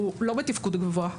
הוא לא בתפקוד גבוה,